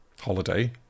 Holiday